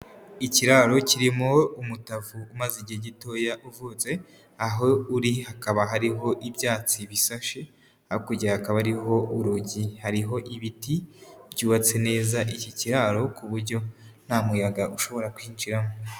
Ikiraro kiririmo umutavu umaze igihe gitoya uvutse, aho uri hakaba hariho ibyatsi bishashe, hakurya hakaba hariho urugi hariho ibiti byubatse neza iki kiraro ku buryo nta muyaga ushobora kwinjiramo.